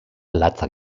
latzak